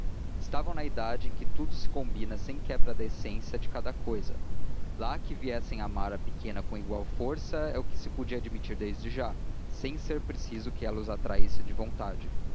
estavam na idade em que tudo se combina sem quebra da essência de cada cousa lá que viessem a amar a pequena com igual força é o que se podia admitir desde já sem ser preciso que ela os atraísse de vontade